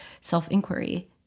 self-inquiry